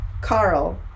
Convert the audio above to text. Carl